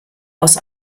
aus